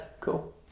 cool